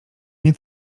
nie